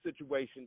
situation